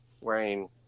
wearing